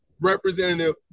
representative